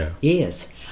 yes